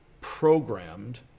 programmed